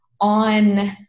on